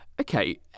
Okay